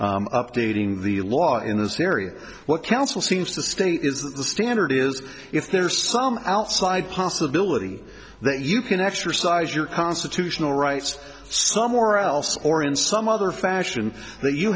f updating the law in this area what counsel seems to state is that the standard is if there are some outside possibility that you can exercise your constitutional rights somewhere else or in some other fashion that you